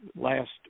Last